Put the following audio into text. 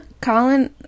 Colin